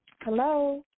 Hello